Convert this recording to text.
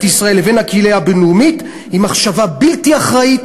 ישראל לבין הקהילייה הבין-לאומית היא מחשבה בלתי אחראית,